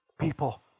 people